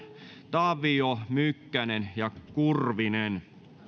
tavio mykkänen ja kurvinen